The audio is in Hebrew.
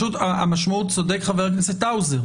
צודק חבר הכנסת האוזר,